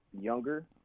younger